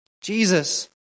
Jesus